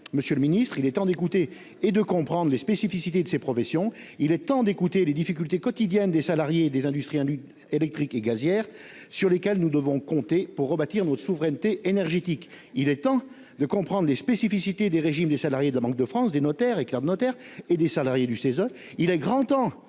Monsieur le ministre, il est temps de comprendre les spécificités de ces professions et d'entendre les difficultés quotidiennes des salariés des industries électriques et gazières, sur lesquels nous devons compter pour rebâtir notre souveraineté énergétique. Il est temps de comprendre les spécificités du régime des salariés de la Banque de France, de celui des clercs de notaire, et de celui des salariés du Cese.